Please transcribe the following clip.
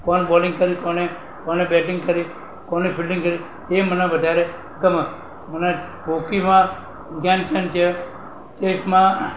કોણ બોલિંગ કરી કોણે કોણે બેટિંગ કરી કોણે ફિલ્ડિંગ કરી એ મને વધારે ગમે મને હોકીમાં જ્ઞાનચંદ છે ચેસમાં